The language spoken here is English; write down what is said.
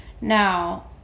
Now